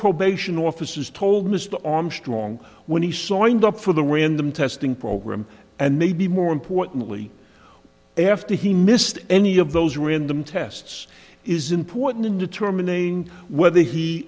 probation officers told missed on strong when he signed up for the random testing program and maybe more importantly after he missed any of those who were in them tests is important in determining whether he